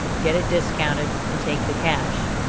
get it discounted and take the cash.